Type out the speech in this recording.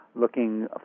looking